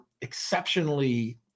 exceptionally